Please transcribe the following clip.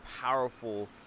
powerful